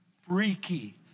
Freaky